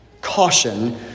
Caution